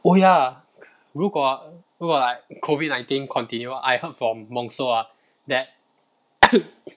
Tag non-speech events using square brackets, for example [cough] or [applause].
oh ya 如果如果 like COVID nineteen continue I heard from mongso that [coughs]